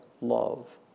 love